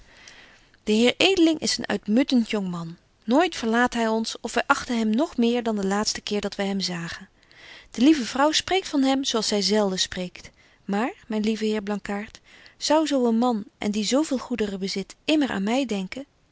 de heer edeling is een uitmuntent jongman nooit verlaat hy ons of wy achten hem nog meer dan de laatste keer dat wy hem zagen de lieve vrouw spreekt van hem zo als zy zelden spreekt maar myn lieve heer blankaart zou zo een man en die zo veel goederen bezit immer aan my denken